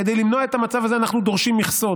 כדי למנוע את המצב הזה אנחנו דורשים מכסות.